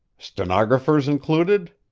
stenographers included?